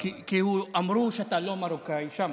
כי אמרו שם שאתה לא מרוקאי.